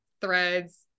threads